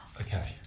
Okay